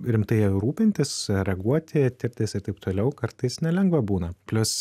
rimtai rūpintis reaguoti tiktais ir taip toliau kartais nelengva būna plius